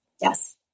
Yes